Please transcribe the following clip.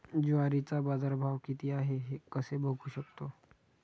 ज्वारीचा बाजारभाव किती आहे कसे बघू शकतो?